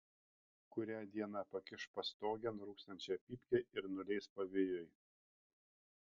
kurią dieną pakiš pastogėn rūkstančią pypkę ir nuleis pavėjui